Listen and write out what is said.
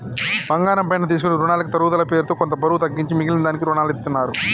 బంగారం పైన తీసుకునే రునాలకి తరుగుదల పేరుతో కొంత బరువు తగ్గించి మిగిలిన దానికి రునాలనిత్తారు